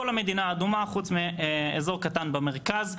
כל המדינה אדומה חוץ מאזור קטן במרכז.